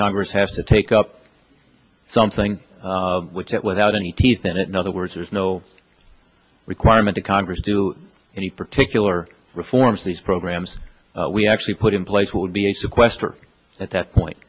congress has to take up something which it without any teeth in it in other words there's no requirement in congress do any particular reforms these programs we actually put in place would be a sequestered at that point